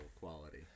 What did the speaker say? quality